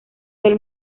del